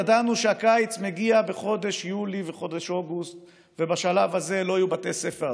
ידענו שהקיץ מגיע בחודש יולי ובחודש אוגוסט ובשלב הזה לא יהיו בתי ספר.